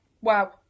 Wow